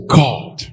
god